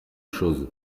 chose